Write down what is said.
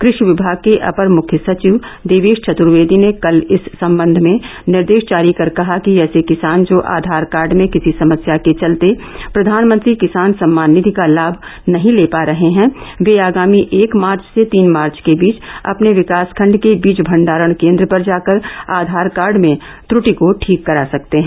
कृषि विभाग के अपर मुख्य सचिव देवेश चतुर्वेदी ने कल इस संबंध में निर्देश जारी कर कहा कि ऐसे किसान जो आघार कार्ड में किसी समस्या के चलते प्रधानमंत्री किसान सम्मान निधि का लाभ नहीं ले पा रहे वे आगामी एक मार्च से तीन मार्च के बीच अपने विकास खंड के बीज भंडारण केंद्र पर जाकर आधार कार्ड में त्रुटि को ठीक करा सकते हैं